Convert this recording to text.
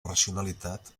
racionalitat